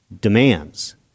demands